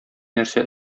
нәрсә